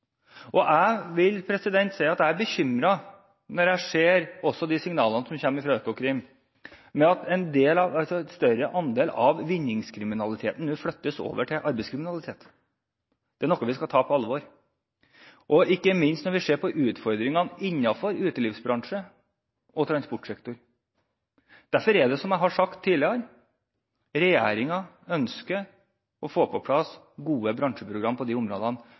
Jeg vil si at jeg er bekymret når jeg ser de signalene som kommer fra Økokrim, om at en større andel av vinningskriminaliteten nå flyttes over til arbeidskriminalitet. Det er noe vi skal ta på alvor, ikke minst når vi ser på utfordringene innenfor utelivsbransje og transportsektor. Derfor ønsker regjeringen, som jeg har sagt tidligere, å få på plass gode bransjeprogram på de områdene.